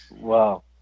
Wow